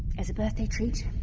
as a birthday treat,